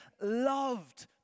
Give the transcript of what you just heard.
loved